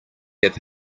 have